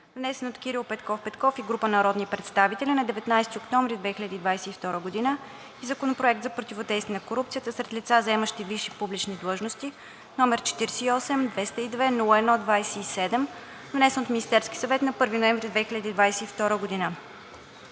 внесен от Кирил Петков Петков и група народни представители на 19 октомври 2022 г. и Законопроект за противодействие на корупцията сред лица, заемащи висши публични длъжности, № 48-202-01-27, внесен от Министерския съвет на 1 ноември 2022 г.